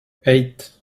eight